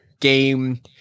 game